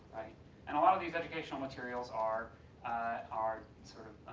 and a lot of these educational materials are are sort of,